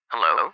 Hello